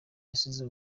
yasize